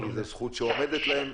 זו זכות שעומדת להם.